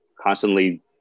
constantly